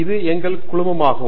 இது எங்கள் குழுமமாகும்